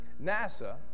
NASA